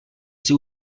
jsi